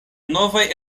novaj